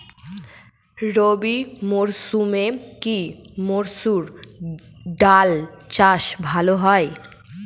রবি মরসুমে কি মসুর ডাল চাষ ভালো হয়?